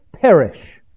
perish